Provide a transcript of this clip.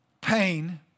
pain